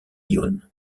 yonne